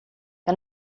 que